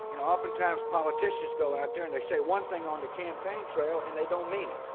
you know, oftentimes politicians go out there and they say one thing on the campaign trail and they don't mean it.